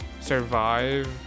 survive